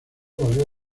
valió